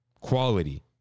quality